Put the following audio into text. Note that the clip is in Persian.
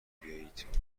بیایید